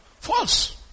False